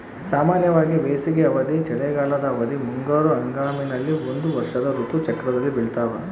ಸಾಮಾನ್ಯವಾಗಿ ಬೇಸಿಗೆ ಅವಧಿ, ಚಳಿಗಾಲದ ಅವಧಿ, ಮುಂಗಾರು ಹಂಗಾಮಿನಲ್ಲಿ ಒಂದು ವರ್ಷದ ಋತು ಚಕ್ರದಲ್ಲಿ ಬೆಳ್ತಾವ